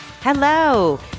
Hello